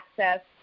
access